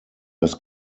das